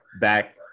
back